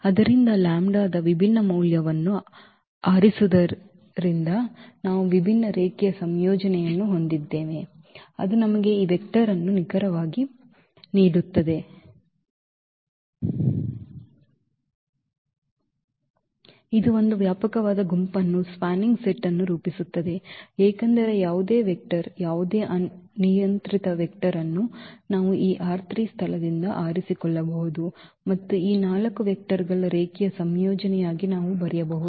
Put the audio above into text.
ಆದ್ದರಿಂದ ಲ್ಯಾಂಬ್ಡಾದ ವಿಭಿನ್ನ ಮೌಲ್ಯವನ್ನು ಆರಿಸುವುದರಿಂದ ನಾವು ವಿಭಿನ್ನ ರೇಖೀಯ ಸಂಯೋಜನೆಯನ್ನು ಹೊಂದಿದ್ದೇವೆ ಅದು ನಮಗೆ ಈ ವೆಕ್ಟರ್ ಅನ್ನು ನಿಖರವಾಗಿ ನೀಡುತ್ತದೆ ಇದು ಒಂದು ವ್ಯಾಪಕವಾದ ಗುಂಪನ್ನು ರೂಪಿಸುತ್ತದೆ ಏಕೆಂದರೆ ಯಾವುದೇ ವೆಕ್ಟರ್ ಯಾವುದೇ ಅನಿಯಂತ್ರಿತ ವೆಕ್ಟರ್ ಅನ್ನು ನಾವು ಈ ಸ್ಥಳದಿಂದ ಆರಿಸಿಕೊಳ್ಳಬಹುದು ಮತ್ತು ಈ 4 ವೆಕ್ಟರ್ಗಳ ರೇಖೀಯ ಸಂಯೋಜನೆಯಾಗಿ ನಾವು ಬರೆಯಬಹುದು